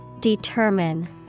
Determine